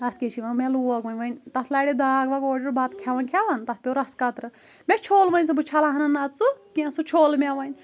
اَتھ کیاہ چھِ وَنان مےٚ لوگ وۄنۍ تَتھ لاڈیو داگ واگ بَتہٕ کھیٚوان کھیٚوان تَتھ پیٚو رَس قطرٕ مےٚ چھوٚل وۄنۍ سُہ بہٕ چَھلہا نہٕ نَتہٕ سُہ کیٚنٛہہ سُہ چھوٚل مےٚ وۄنۍ